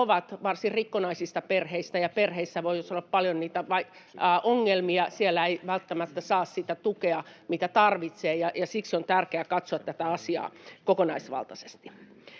ovat varsin rikkonaisista perheistä ja perheissä voisi olla paljon niitä ongelmia. Siellä ei välttämättä saa sitä tukea, mitä tarvitsee, ja siksi on tärkeää katsoa tätä asiaa kokonaisvaltaisesti.